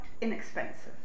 inexpensive